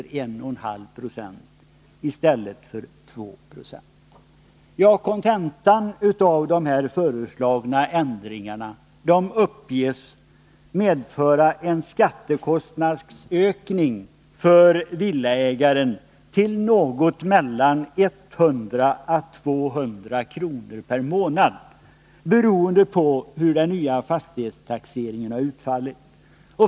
Kontentan av de föreslagna ändringarna uppges medföra en skattekostnadsökning för villaägaren på någonting mellan 100 och 200 kr. per månad, beroende på hur den nya fastighetstaxeringen utfallit.